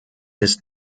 ist